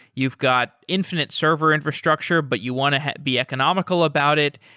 you've got infinite server infrastructure, but you want to be economical about it,